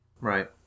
Right